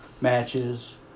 matches